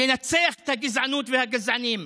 לנצח את הגזענות והגזענים,